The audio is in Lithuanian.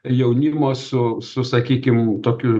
jaunimo su su sakykim tokiu